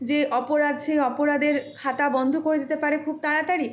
যে অপরাধ সেই অপরাধের খাতা বন্ধ করে দিতে পারে খুব তাড়াতাড়ি